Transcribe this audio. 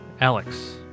Alex